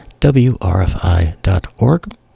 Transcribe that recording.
WRFI.org